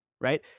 right